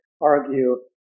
argue